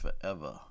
forever